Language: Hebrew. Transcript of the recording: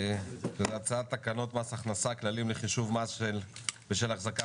להצעת תקנות מס הכנסה (כללים לחישוב המס בשל החזקה